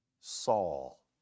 Saul